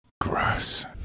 Gross